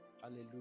Hallelujah